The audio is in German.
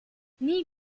nie